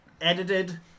edited